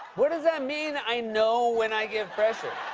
what does that mean? i know when i give pressure?